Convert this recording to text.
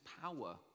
power